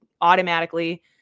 automatically